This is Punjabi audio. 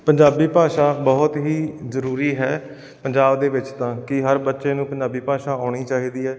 ਪੰਜਾਬੀ ਭਾਸ਼ਾ ਬਹੁਤ ਹੀ ਜ਼ਰੂਰੀ ਹੈ ਪੰਜਾਬ ਦੇ ਵਿੱਚ ਤਾਂ ਕਿ ਹਰ ਬੱਚੇ ਨੂੰ ਪੰਜਾਬੀ ਭਾਸ਼ਾ ਆਉਣੀ ਚਾਹੀਦੀ ਹੈ